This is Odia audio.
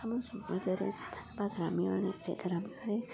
ଆମ ସମାଜରେ ବା ଗ୍ରାମୀୟରେ ଗ୍ରାମରେ